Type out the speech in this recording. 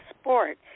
sport